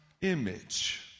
image